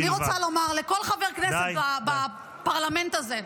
אני רוצה לומר לכל חבר כנסת בפרלמנט הזה,